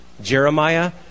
Jeremiah